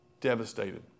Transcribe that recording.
Devastated